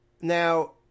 now